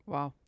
Wow